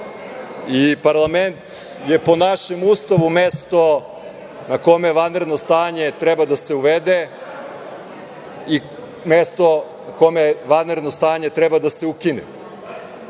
Parlament je po našem Ustavu mesto na kome vanredno stanje treba da se uvede i mesto u kome vanredno stanje treba da se ukine. Ja,